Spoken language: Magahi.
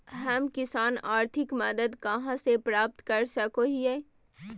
हम किसान आर्थिक मदत कहा से प्राप्त कर सको हियय?